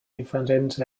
diferents